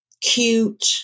cute